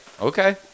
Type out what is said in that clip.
okay